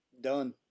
done